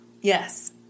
Yes